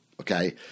okay